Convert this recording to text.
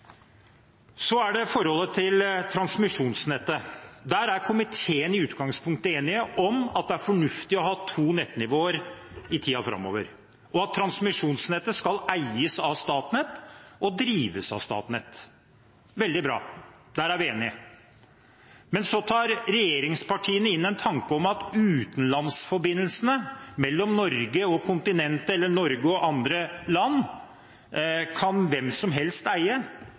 Så til transmisjonsnettet. Komiteen er i utgangspunktet enig om at det er fornuftig å ha to nettnivåer i tiden framover, og at transmisjonsnettet skal eies og drives av Statnett. Veldig bra – der er vi enige. Men så kommer regjeringspartiene med en tanke om at utenlandsforbindelsene mellom Norge og kontinentet eller Norge og andre land kan hvem som helst eie,